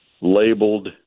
labeled